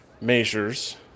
measures